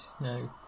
No